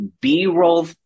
B-roll